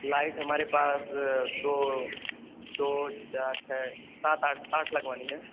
light हमारे पास दो दो चार छः सात आठ आठ लगवानी हैं